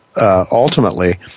ultimately